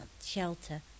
shelter